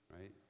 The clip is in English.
right